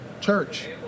church